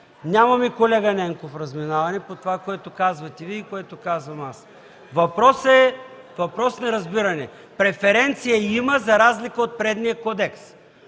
Нямаме, колега Ненков, разминаване между това, което казвате Вие и което казвам аз. Въпросът е въпрос на разбиране. Преференция има, за разлика от предния кодекс.